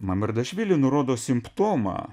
mamardašvili nurodo simptomą